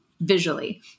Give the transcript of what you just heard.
visually